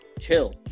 chill